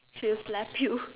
she'll slap you